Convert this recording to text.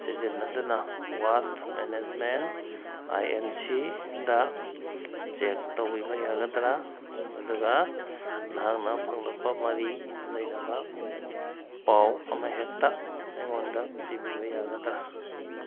ꯁꯤꯖꯤꯟꯅꯗꯨꯅ ꯋꯥꯁ ꯃꯦꯅꯦꯁꯃꯦꯟ ꯑꯥꯏ ꯑꯦꯟ ꯁꯤꯗ ꯆꯦꯛ ꯇꯧꯕꯤꯕ ꯌꯥꯒꯗ꯭ꯔꯥ ꯑꯗꯨꯒ ꯅꯍꯥꯛꯅ ꯐꯪꯂꯛꯄ ꯃꯔꯤ ꯂꯩꯅꯕ ꯄꯥꯎ ꯑꯃ ꯍꯦꯛꯇ ꯑꯩꯉꯣꯟꯗ ꯄꯤꯕꯤꯕ ꯌꯥꯒꯗꯔꯥ